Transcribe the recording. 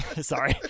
sorry